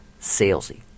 salesy